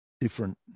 different